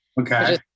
Okay